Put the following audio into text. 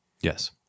Yes